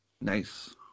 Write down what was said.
Nice